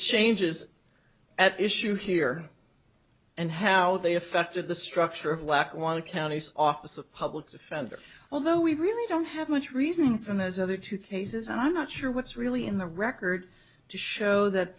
changes at issue here and how they affected the structure of lackawanna county office of public defender although we really don't have much reasoning from those other two cases and i'm not sure what's really in the record to show that